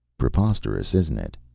preposterous isn't it?